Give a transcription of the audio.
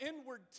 inward